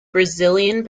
brazilian